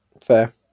Fair